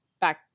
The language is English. back